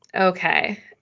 Okay